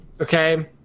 Okay